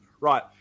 Right